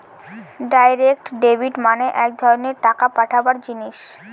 direct debit মানে এক ধরনের টাকা পাঠাবার জিনিস